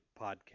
podcast